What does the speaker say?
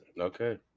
Okay